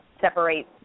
separate